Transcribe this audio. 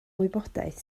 wybodaeth